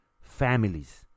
Families